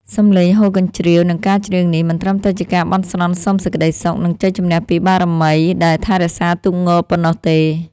សំឡេងហ៊ោរកញ្ជ្រៀវ និងការច្រៀងនេះ មិនត្រឹមតែជាការបន់ស្រន់សុំសេចក្តីសុខ និងជ័យជំនះពីបារមីដែលថែរក្សាទូកងប៉ុណ្ណោះទេ។